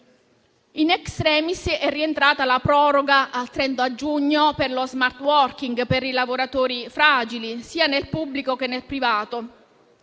*In* *extremis* è rientrata la proroga al 30 giugno dello *smart working* per i lavoratori fragili, sia nel pubblico sia nel privato